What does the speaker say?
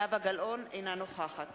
אינה נוכחת